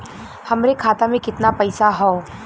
हमरे खाता में कितना पईसा हौ?